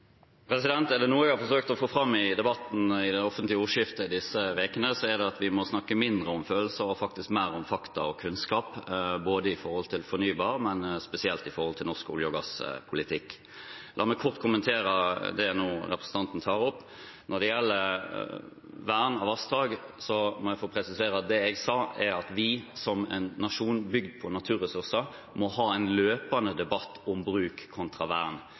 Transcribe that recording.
Er det noe jeg har forsøkt å få fram i debatten i det offentlige ordskiftet disse ukene, er det at vi må snakke mindre om følelser og mer om fakta og kunnskap, både når det gjelder fornybar, og spesielt når det gjelder norsk olje- og gasspolitikk. La meg kort kommentere det representanten nå tar opp. Når det gjelder vern av vassdrag, må jeg få presisere at det jeg sa, er at vi som en nasjon bygd på naturressurser, må ha en løpende debatt om bruk kontra vern.